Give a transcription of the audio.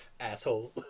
asshole